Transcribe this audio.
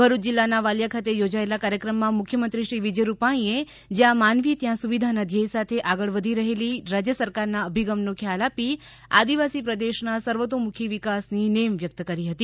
ભરૂચ જિલ્લાના વાલિયા ખાતે યોજાયેલા કાર્યક્રમમા મુખ્યમંત્રી શ્રી વિજય રૂપાણીએ જ્યાં માનવી ત્યાં સુવિધા ના ધ્યેય સાથે આગળ વધી રહેલી રાજ્ય સરકારના અભિગમનો ખ્યાલ આપી આદિવાસી પ્રદેશના સર્વતોમુખી વિકાસની નેમ વ્યક્ત કરી હતી